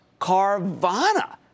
Carvana